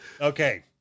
okay